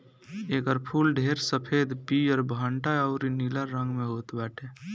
एकर फूल ढेर सफ़ेद, पियर, भंटा अउरी नीला रंग में होत बाटे